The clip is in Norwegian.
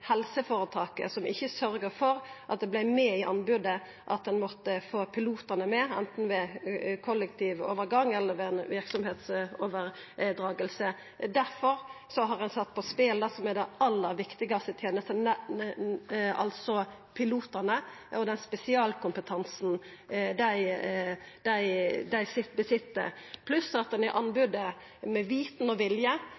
helseføretaket som ikkje sørgde for at det vart med i anbodet at ein måtte få pilotane med, anten ved kollektiv overgang eller ved ei verksemdsoverdraging. Difor har ein sett på spel det som er det aller viktigaste i tenesta, pilotane og den spesialkompetansen dei har, pluss at ein i